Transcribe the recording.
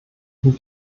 und